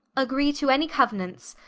agree to any couenants,